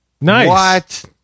Nice